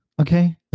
okay